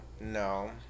no